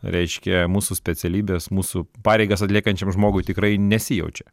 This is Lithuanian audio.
reiškia mūsų specialybės mūsų pareigas atliekančiam žmogui tikrai nesijaučia